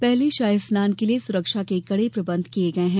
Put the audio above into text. पहले शाही रनान के लिए सुरक्षा के कड़े प्रबंध किए गए हैं